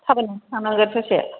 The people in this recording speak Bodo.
थाबायनानैसो थांनांगोन ससे